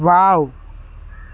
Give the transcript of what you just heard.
wow